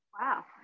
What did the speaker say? wow